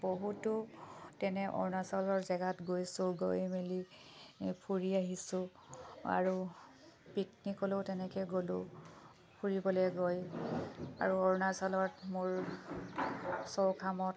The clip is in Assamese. বহুতো তেনে অৰুণাচলৰ জেগাত গৈছোঁ গৈ মেলি ফুৰি আহিছোঁ আৰু পিকনিকলৈয়ো তেনেকৈ গ'লোঁ ফুৰিবলৈ গৈ আৰু অৰুণাচলত মোৰ চৌখামত